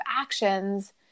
actions